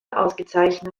ausgezeichnet